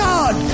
God